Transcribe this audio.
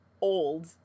old